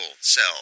cell